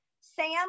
Sam